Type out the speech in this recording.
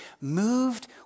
moved